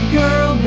girl